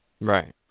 Right